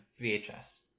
vhs